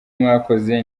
mwakoze